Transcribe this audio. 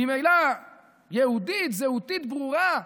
ממילא יהודית, זהותית ברורה,